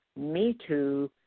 MeToo